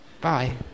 bye